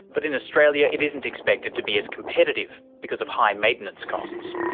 but in australia it isn't expected to be as competitive because of high maintenance costs.